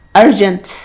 urgent